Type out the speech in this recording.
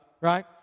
right